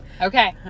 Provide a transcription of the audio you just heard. Okay